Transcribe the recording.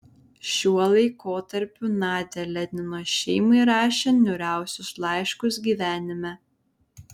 šiuo laikotarpiu nadia lenino šeimai rašė niūriausius laiškus gyvenime